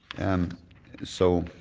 and so